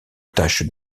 tâche